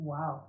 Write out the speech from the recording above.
Wow